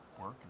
work